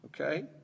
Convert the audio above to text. Okay